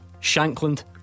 Shankland